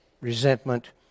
resentment